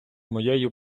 моєю